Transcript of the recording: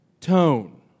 tone